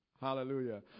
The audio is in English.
hallelujah